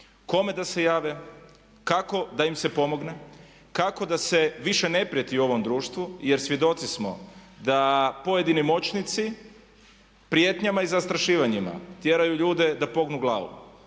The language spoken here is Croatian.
Kome da se jave, kako da im se pomogne, kako da se više ne prijeti ovom društvu? Jer svjedoci smo da pojedini moćnici prijetnjama i zastrašivanjima tjeraju ljude da pognu glavu.